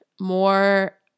more